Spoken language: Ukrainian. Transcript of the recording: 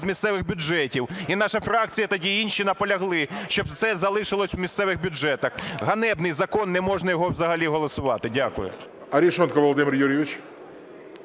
з місцевих бюджетів. І наша фракція тоді, і інші тоді наполягли, щоб це залишилось в місцевих бюджетах. Ганебний закон, не можна його взагалі голосувати. Дякую.